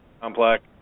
complex